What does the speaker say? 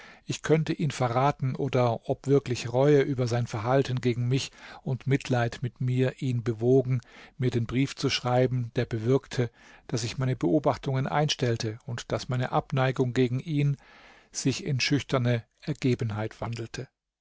ich könnte ihn verraten oder ob wirklich reue über sein verhalten gegen mich und mitleid mit mir ihn bewogen mir den brief zu schreiben der bewirkte daß ich meine beobachtungen einstellte und daß meine abneigung gegen ihn sich in schüchterne ergebenheit wandelte